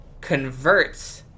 converts